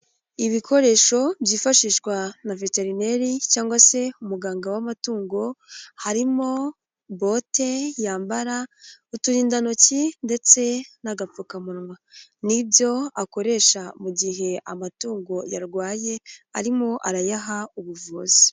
Ibikoresho byifashishwa na veterineri cyangwa se umuganga w'amatungo. Harimo: bote yambara, uturindantoki ndetse n'agapfukamunwa n'ibyo akoresha, mu gihe amatungo yarwaye, arimo arayaha ubuvuzi.